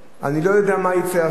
אני לא יודע מה יצא בסוף,